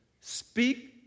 Speak